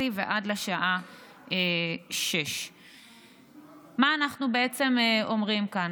ועד השעה 18:00. מה אנחנו בעצם אומרים כאן?